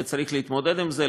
וצריך להתמודד עם זה.